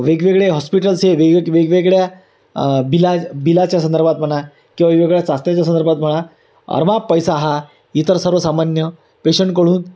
वेगवेगळे हॉस्पिटल्स हे वेग वेगवेगळ्या बिला बिलाच्या संदर्भात म्हणा किंवा वेगवेगळ्या चाचण्याच्या संदर्भात म्हणा अमाप पैसा हा इतर सर्वसामान्य पेशंटकडून